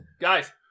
Guys